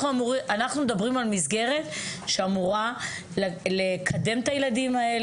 אנחנו מדברים על מסגרת שאמורה לקדם את הילדים,